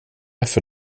för